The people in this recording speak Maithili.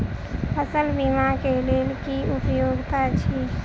फसल बीमा केँ लेल की योग्यता अछि?